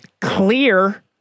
Clear